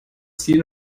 ziel